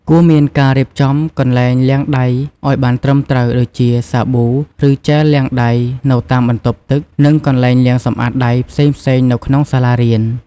គួរមានការរៀបចំកន្លែងលាងដៃឲ្យបានត្រឹមត្រូវដូចជា សាប៊ូ ឬជែលលាងដៃនៅតាមបន្ទប់ទឹក និងកន្លែងលាងសម្អាតដៃផ្សេងៗនៅក្នុងសាលារៀន។